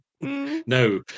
No